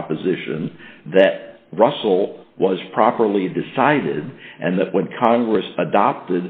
proposition that russell was properly decided and the point congress adopted